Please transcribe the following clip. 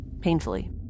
Painfully